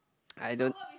I don't